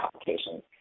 applications